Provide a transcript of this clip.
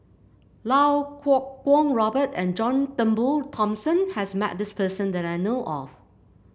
Iau Kuo Kwong Robert and John Turnbull Thomson has met this person that I know of